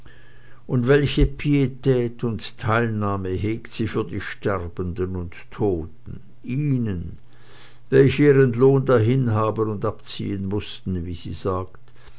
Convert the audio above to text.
und welche pietät und teilnahme hegt sie für die sterbenden und toten ihnen welche ihren lohn dahin haben und abziehen mußten wie sie sagt